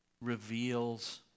reveals